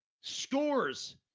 scores